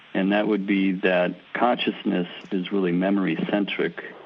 and that would be that consciousness is really memory-centric.